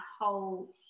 whole